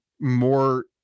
more